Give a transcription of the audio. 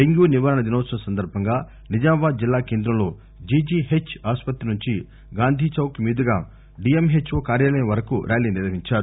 dengue నివారణ దినోత్సవం సందర్భంగా నిజామాబాద్ జిల్లా కేందంలో జీజీపెాచ్ ఆస్సుత్తి నుంచి గాంధీచౌక్ మీదుగా డీఎంహెచ్ఓ కార్యాలయం వరకు ర్యాతీ నిర్వహించారు